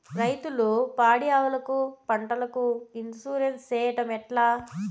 రైతులు పాడి ఆవులకు, పంటలకు, ఇన్సూరెన్సు సేయడం ఎట్లా?